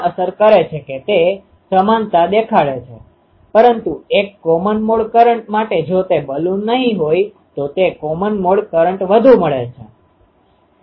તેથી કોઈપણ i mu radiator કે જે આ arથી અલગ હશે આનો અર્થ એ છે કે આ એક પાથpathમાર્ગ છે પરંતુ માની લો કે મારી પાસે i મુ રેડિયેટર છે તેથી i માં રેડિયેટરમાં ar·riનો તફાવત હશે કારણ કે આ ar હશે અને ri એ આ વેક્ટર છે